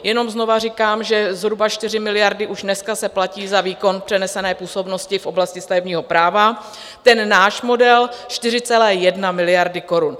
Jenom znovu říkám, že zhruba 4 miliardy už dneska se platí za výkon přenesené působnosti v oblasti stavebního práva, náš model 4,1 miliardy korun.